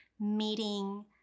meeting